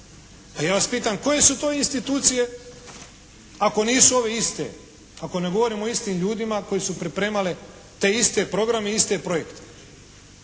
Pa ja vas pitam, koje su to institucije ako nisu ove iste, ako ne govorimo o istim ljudima koji su pripremali te iste programe i iste projekte?